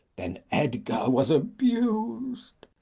then edgar was abus'd.